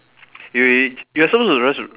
you you are supposed to rest